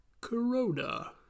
Corona